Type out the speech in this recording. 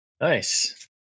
nice